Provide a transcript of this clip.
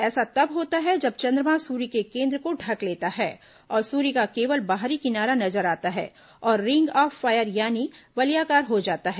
ऐसा तब होता है जब चंद्रमा सूर्य के केन्द्र को ढक लेता है और सूर्य का केवल बाहरी किनारा नजर आता है और रिंग ऑफ फायर यानी वलयाकार हो जाता है